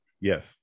Yes